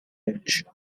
ledge